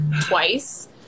twice